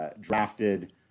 drafted